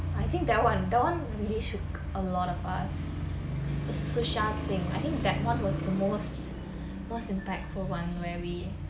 I think that one that one really shook a lot of us the thing I think that one was the most most impactful one where we